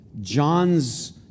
John's